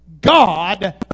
God